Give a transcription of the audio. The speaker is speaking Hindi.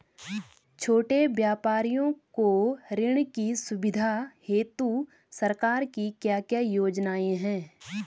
छोटे व्यापारियों को ऋण की सुविधा हेतु सरकार की क्या क्या योजनाएँ हैं?